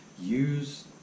use